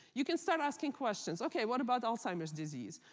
you can start asking questions. okay, what about alzheimer's disease?